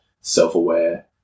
self-aware